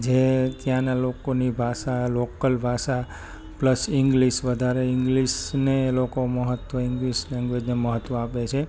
જે ત્યાંનાં લોકોની ભાષા લોકલ ભાષા પ્લસ ઇંગ્લિસ વધારે ઇંગ્લિશને લોકો મહત્ત્વ ઇંગ્લિસ લેન્ગ્વેજને મહત્ત્વ આપે છે